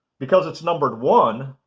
because it's numbered one,